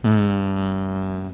mmhmm